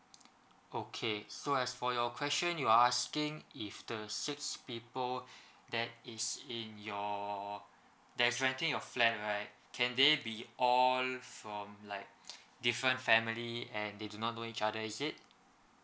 okay so as for your question you're asking if the six people that is in your that's renting your flat right can they be all from like different family and they do not know each other is it